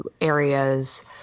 areas